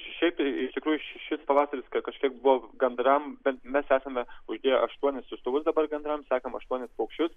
šiaip tai iš tikrųjų šis pavasaris kažkiek buvo gandrams bet mes esame uždėję aštuonis siųstuvus dabar gandram sekam aštuonis paukščius